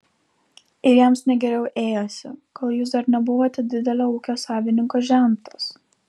ir jiems ne geriau ėjosi kol jūs dar nebuvote didelio ūkio savininko žentas